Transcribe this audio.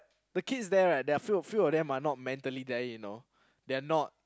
the kids there right there are few of them are not mentally there you know they are not